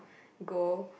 go